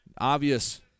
obvious